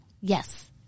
Yes